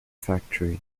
factory